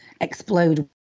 explode